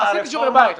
עשיתי שיעורי בית.